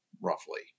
roughly